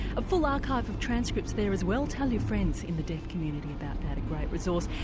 a full archive of transcripts there as well tell your friends in the deaf community about that, a great resource.